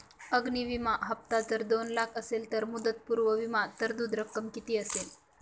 अग्नि विमा हफ्ता जर दोन लाख असेल तर मुदतपूर्व विमा तरतूद रक्कम किती असेल?